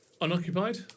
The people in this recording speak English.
unoccupied